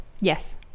Yes